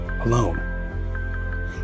alone